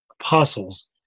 apostles